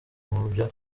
mubyo